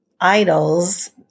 idols